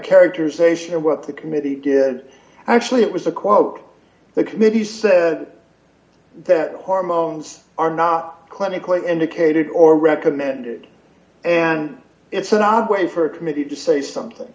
characterization of what the committee did actually it was a quote the committee said that hormones are not clinically indicated or recommended and it's an odd way for a committee to say something